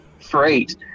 freight